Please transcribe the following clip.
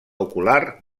ocular